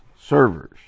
servers